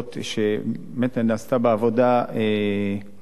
שבאמת נעשתה בה עבודה מאומצת,